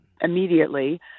immediately